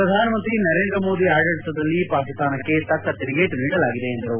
ಪ್ರಧಾನಮಂತ್ರಿ ನರೇಂದ್ರ ಮೋದಿ ಆಡಳಿತದಲ್ಲಿ ಪಾಕಿಸ್ತಾನಕ್ಕೆ ತಕ್ಕ ತಿರುಗೇಟು ನೀಡಲಾಗಿದೆ ಎಂದರು